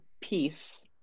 peace